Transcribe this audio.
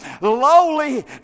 lowly